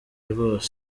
rwose